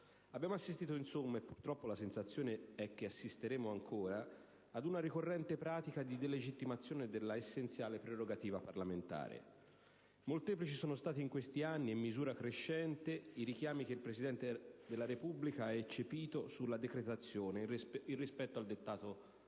Abbiamo assistito insomma, e purtroppo la sensazione è che assisteremo ancora, ad una ricorrente pratica di delegittimazione della essenziale prerogativa parlamentare. Molteplici sono stati in questi anni e in misura crescente i richiami che il Presidente della Repubblica ha eccepito sulla decretazione con riguardo alla